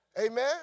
Amen